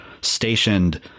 stationed